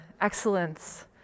excellence